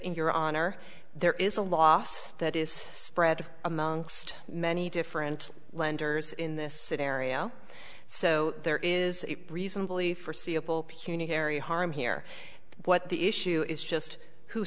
in your honor there is a loss that is spread amongst many different lenders in this scenario so there is a reasonably forseeable puna harry harm here what the issue is just who